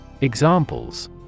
Examples